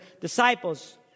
disciples